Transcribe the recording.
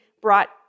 brought